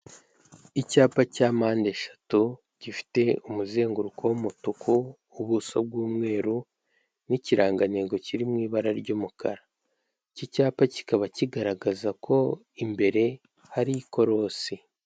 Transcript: Icyapa cya mpandeshatu gifite umuzenguruko w'umutuku, ubuso bw'umweru, n'ikirangantengo kiri mu ibara ry'umukara, iki cyapa kikaba kigaragaza ko imbere hari ikorosi.